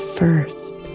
first